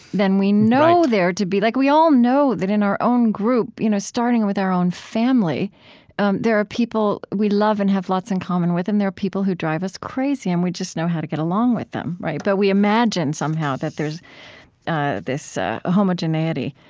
than we know there, right, to be. like, we all know that in our own group, you know, starting with our own family um there are people we love and have lots in common with, and there are people who drive us crazy. and we just know how to get along with them. right. but we imagine somehow that there's this homogeneity